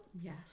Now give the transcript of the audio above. Yes